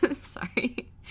Sorry